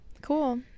cool